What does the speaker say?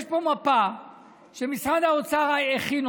יש פה מפה שמשרד האוצר הכין,